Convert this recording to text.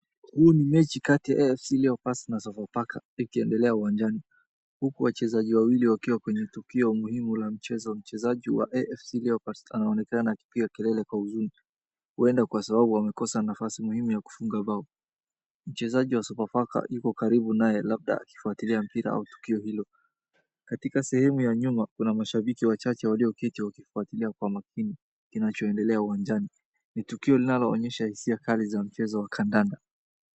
Huu ni mechi kati ya Fc Leopards na Sofapaka ikiendele uwanjani. Huku wachezaji wawili wakiwa kwenye tukio muhimu la mchezo, mchezaji wa Fc Leopards anaonekana akipiga kelele kwa huzuni, huenda kwa sababu wamekosa nafasi muhimu ya kufunga bao. Mchezaji wa Sofapaka yuko karibu naye labda akifuwatilia mpira au tukio hilo. Katika sehemu ya nyuma kuna mashabiki wachache walioketi wakifuwatilia kwa maakini kinachoendelea uwanjani, ni tukio linaloonyesha hisia kali za mchezo wa kandanda.